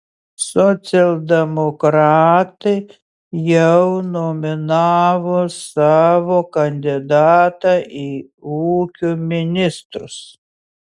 socialdemokratai jau nominavo savo kandidatą į ūkio ministrus